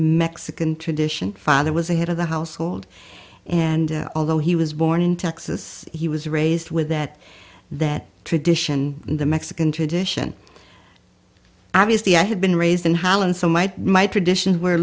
mexican tradition father was a head of the household and although he was born in texas he was raised with that that tradition in the mexican tradition obviously i have been raised in holland so might my traditions were